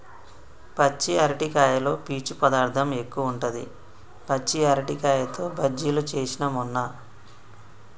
పచ్చి అరటికాయలో పీచు పదార్ధం ఎక్కువుంటది, పచ్చి అరటికాయతో బజ్జిలు చేస్న మొన్న